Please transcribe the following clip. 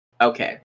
Okay